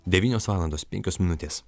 devynios valandos penkios minutės